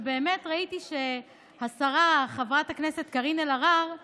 וראיתי שהשרה קארין אלהרר